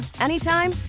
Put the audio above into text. anytime